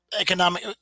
economic